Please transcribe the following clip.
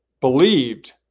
believed